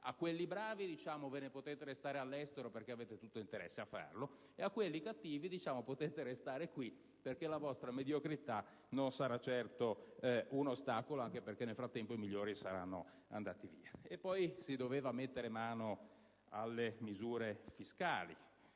a quelli bravi diciamo che se ne possono restare all'estero perché hanno tutto l'interesse a farlo; a quelli cattivi diciamo che possono restare qui perché la loro mediocrità non sarà certo un ostacolo, anche perché nel frattempo i migliori saranno andati via. E poi si doveva mettere mano alle misure fiscali